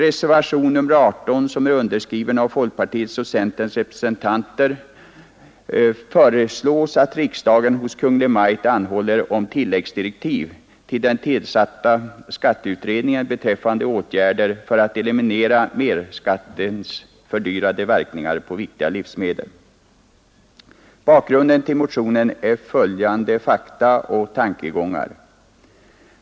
I reservationen 18 vid skatteutskottets betänkande nr 32, som är avgiven av folkpartiets och centerns representanter, föreslås att riksdagen hos Kungl. Maj:t anhåller om tilläggsdirektiv till den tillsatta skatteutredningen beträffande åtgärder för att eliminera mervärdeskattens fördyrande verkningar på viktiga livsmedel. Bakgrunden till motionen är följande fakta och tankegångar.